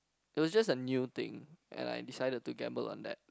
it was just a new thing and I decided to gamble on that